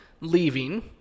leaving